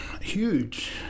huge